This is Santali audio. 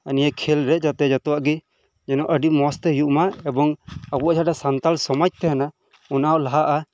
ᱱᱤᱭᱟᱹ ᱠᱷᱮᱞ ᱨᱮ ᱡᱟᱛᱮ ᱡᱷᱚᱛᱚᱣᱟᱜ ᱜᱮ ᱡᱮᱱᱚ ᱟᱰᱤ ᱢᱚᱸᱡᱽ ᱛᱮ ᱦᱳᱭᱳᱜ ᱢᱟ ᱮᱵᱚᱝ ᱟᱵᱚᱣᱟᱜ ᱡᱟᱦᱟᱸᱴᱟᱜ ᱥᱟᱱᱛᱟᱞ ᱥᱚᱢᱟᱡᱽ ᱛᱟᱦᱮᱱᱟ ᱚᱱᱟ ᱞᱟᱦᱟᱜᱼᱟ